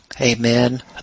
Amen